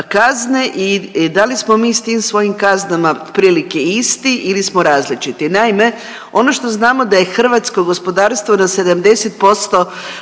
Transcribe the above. i da li smo mi s tim svojim kaznama otprilike isti ili smo različiti. Naime, ono što znamo da je hrvatsko gospodarstvo na 70%